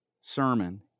sermon